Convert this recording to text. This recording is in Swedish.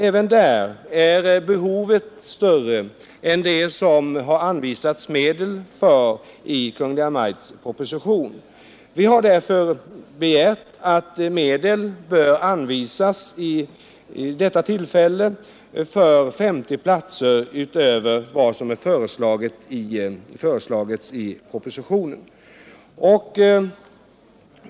Även där är behovet av pengar större än de medel som Kungl. Maj:t anvisat i propositionen. Vi har därför begärt att medel anvisas för 50 platser utöver Kungl. Maj:ts förslag.